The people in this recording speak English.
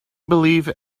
believe